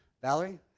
Valerie